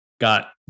got